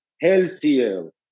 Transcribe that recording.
healthier